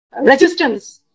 resistance